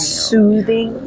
soothing